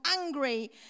angry